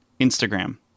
Instagram